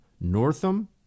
Northam